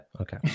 Okay